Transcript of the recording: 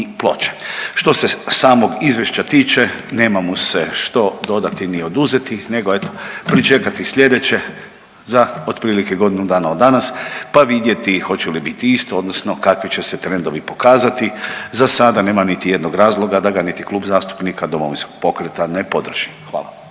Ploče. Što se samog izvješća tiče nema mu se što dodati ni oduzeti nego eto pričekati slijedeće za otprilike godinu dana od danas, pa vidjeti hoće li biti isto odnosno kakvi će se trendovi pokazati, za sada nema niti jednog razloga da ga niti Klub zastupnika Domovinskog pokreta ne podrži, hvala.